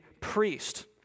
priest